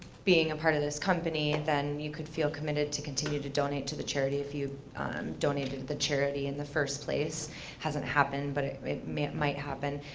being a part of this company then you could feel committed to continue to donate to the charity if you donated to the charity in the first place hasn't happen but it might happen,